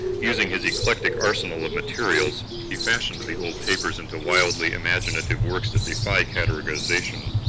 using his eclectic arsenal of materials, he fashioned the old papers into wildly imaginative works that defy categorization.